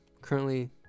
currently